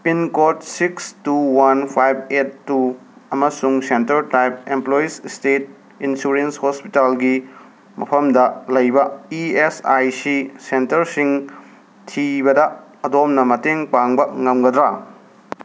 pin code six two one five eight two ꯑꯃꯁꯨꯡ centre type employees' state insurance ꯍꯣꯁꯄꯤꯇꯥꯜꯒꯤ ꯃꯐꯝꯗ ꯂꯩꯕ E S I C ꯁꯦꯟꯇꯔꯁꯤꯡ ꯊꯤꯕꯗ ꯑꯗꯣꯝꯅ ꯃꯇꯦꯡ ꯄꯥꯡꯕ ꯉꯝꯒꯗ꯭ꯔꯥ